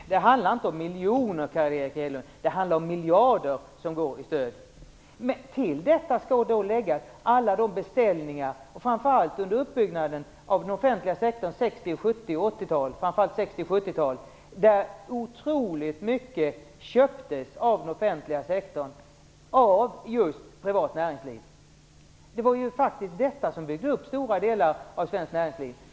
Fru talman! Det handlar inte om miljoner, Carl Erik Hedlund, utan om miljarder i stöd. Till detta skall läggas alla de beställningar som gjordes under uppbyggnaden av den offentliga sektorn på framför allt 60 och 70-talen. Offentliga sektorn köpte otroligt mycket av just privat näringsliv. Det var faktiskt detta som byggde upp stora delar av svenskt näringsliv.